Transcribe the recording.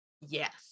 yes